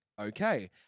Okay